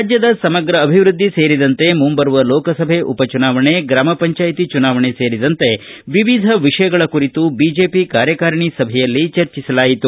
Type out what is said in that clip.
ರಾಜ್ಯದ ಸಮಗ್ರ ಅಭಿವೃದ್ಧಿ ಸೇರಿದಂತೆ ಮುಂಬರುವ ಲೋಕಸಭೆ ಉಪಚುನಾವಣೆ ಗ್ರಾಮ ಪಂಚಾಯಿತಿ ಚುನಾವಣೆ ಸೇರಿದಂತೆ ವಿವಿಧ ವಿಷಯಗಳ ಕುರಿತು ಬಿಜೆಪಿ ಕಾರ್ಯಕಾರಿಣಿ ಸಭೆಯಲ್ಲಿ ಚರ್ಚಿಸಲಾಯಿತು